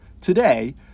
today